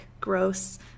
gross